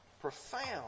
profound